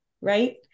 Right